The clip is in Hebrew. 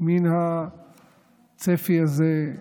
מהצפי הזה,